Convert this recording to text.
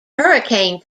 hurricane